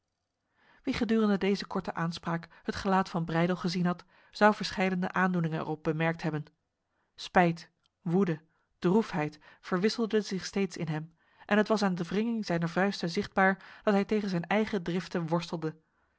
wie gedurende deze korte aanspraak het gelaat van breydel gezien had zou verscheidene aandoeningen erop bemerkt hebben spijt woede droefheid verwisselden zich steeds in hem en het was aan de wringing zijner vuisten zichtbaar dat hij tegen zijn eigen driften worstelde